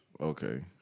Okay